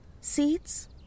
Seeds